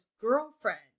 girlfriend